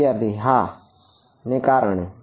વિદ્યાર્થી હા ને કારણે